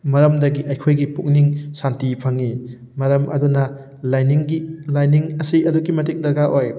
ꯃꯔꯝꯗꯒꯤ ꯑꯩꯈꯣꯏꯒꯤ ꯄꯨꯛꯅꯤꯡ ꯁꯥꯟꯇꯤ ꯐꯪꯉꯤ ꯃꯔꯝ ꯑꯗꯨꯅ ꯂꯥꯏꯅꯤꯡꯒꯤ ꯂꯥꯏꯅꯤꯡ ꯑꯁꯤ ꯑꯗꯨꯛꯀꯤ ꯃꯇꯤꯛ ꯗꯔꯀꯥꯔ ꯑꯣꯏ